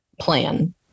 plan